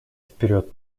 вперед